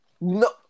No